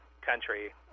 country